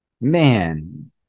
man